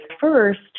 First